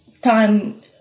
time